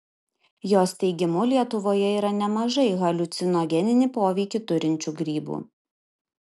jos teigimu lietuvoje yra nemažai haliucinogeninį poveikį turinčių grybų